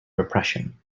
repression